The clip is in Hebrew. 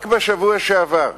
רק בשבוע שעבר,